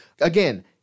again